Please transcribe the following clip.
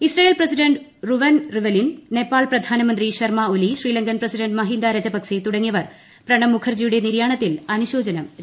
Israel president Reuven Rivlin Nepal പ്രധാനമന്ത്രി Sharma Oli Sri Lankan president Mahinda Rajapaksa തുടങ്ങിയുപ്പർ പ്രണബ് മുഖർജിയുടെ നിര്യാണത്തിൽ അനുശോചനം അറീയിച്ചു